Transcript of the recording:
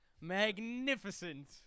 magnificent